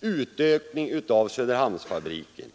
utökning av Söderhamnsfabriken.